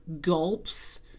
gulps